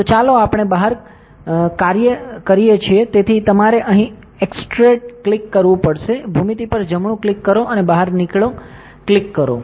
તો ચાલો આપણે બહાર કા ીએ તેથી તમારે અહીં એક્સ્ટ્રુડ ક્લિક કરવું પડશે ભૂમિતિ પર જમણું ક્લિક કરો અને બહાર નીકળો ક્લિક કરો